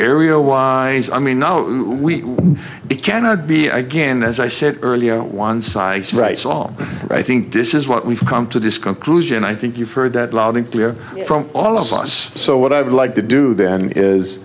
area wise i mean we began to be again as i said earlier one side's rights all i think this is what we've come to this conclusion i think you've heard that loud and clear from all of us so what i would like to do then is